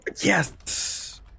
Yes